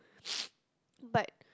but